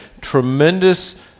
tremendous